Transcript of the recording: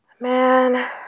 Man